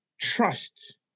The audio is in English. trust